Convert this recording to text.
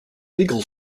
legal